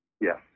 Yes